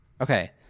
Okay